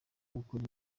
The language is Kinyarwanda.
gukora